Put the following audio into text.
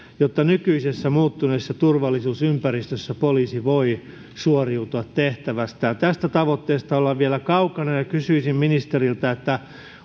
jotta nykyisessä muuttuneessa turvallisuusympäristössä poliisi voi suoriutua tehtävästään tästä tavoitteesta ollaan vielä kaukana ja kysyisin ministeriltä